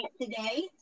today